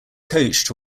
coached